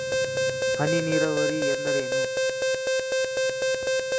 ಹನಿ ನೇರಾವರಿ ಎಂದರೇನು?